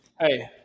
Hey